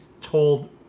told